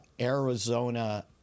Arizona